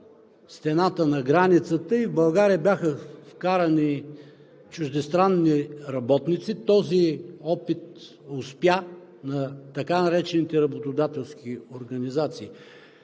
стената на границата и в България бяха вкарани чуждестранни работници. Този опит на така наречените работодателски организации